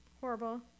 Horrible